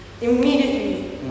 immediately